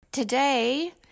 Today